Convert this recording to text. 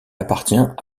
appartient